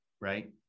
right